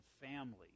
family